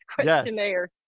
questionnaire